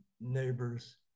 neighbors